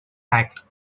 act